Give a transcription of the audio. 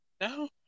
No